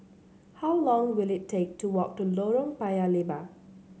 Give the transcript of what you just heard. how long will it take to walk to Lorong Paya Lebar